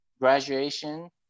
graduation